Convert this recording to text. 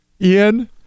Ian